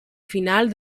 final